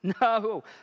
No